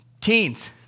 teens